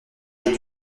est